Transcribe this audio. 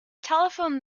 telephone